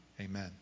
Amen